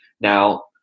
Now